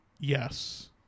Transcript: Yes